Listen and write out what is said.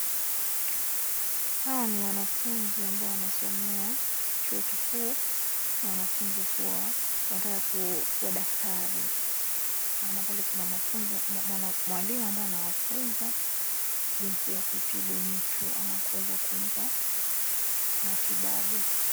Hawa ni wanafunzi ambao wanaosomea chuo kikuu na wanafunzwa kuwa, wataka kuwa daktari. Naona pale kuna mwalimu ambaye anawafunza jinsi ya kutibu mtu ama kuweza kumpa matibabu.